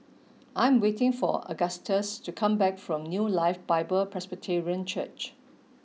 I am waiting for Agustus to come back from New Life Bible Presbyterian Church